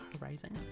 Horizon